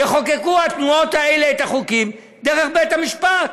יחוקקו התנועות האלה את החוקים דרך בית-המשפט.